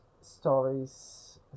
Stories